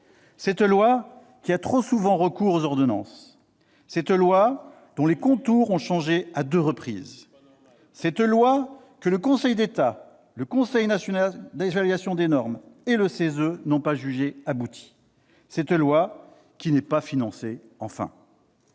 Cette loi qui a trop souvent recours aux ordonnances, ... Ce n'est pas normal !... cette loi dont les contours ont changé à deux reprises, cette loi que le Conseil d'État, le Conseil national d'évaluation des normes et le CESE n'ont pas jugée aboutie, cette loi, enfin, qui n'est pas financée.